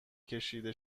کشیده